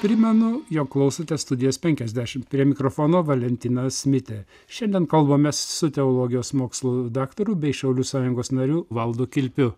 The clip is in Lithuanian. primenu jog klausote studijos penkiasdešimt prie mikrofono valentinas mitė šiandien kalbamės su teologijos mokslų daktaru bei šaulių sąjungos nariu valdu kilpiu